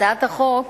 הצעת החוק